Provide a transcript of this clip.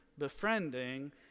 befriending